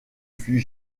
fut